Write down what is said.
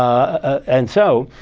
and so,